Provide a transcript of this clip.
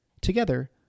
Together